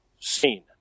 seen